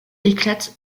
éclate